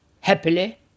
happily